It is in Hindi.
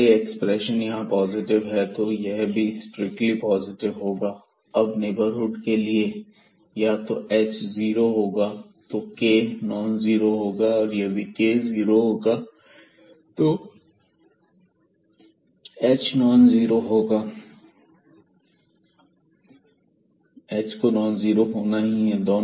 अगर यह एक्सप्रेशन यहां पॉजिटिव है तो यह भी स्ट्रिक्टली पॉजिटिव होगा अब नेबरहुड के लिए या तो h 0 होगा तो k नॉन जीरो होगा और यदि k 0 होगा तो h को नॉन जीरो होना ही है